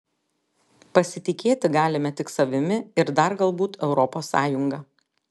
pasitikėti galime tik savimi ir dar galbūt europos sąjunga